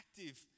active